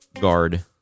Guard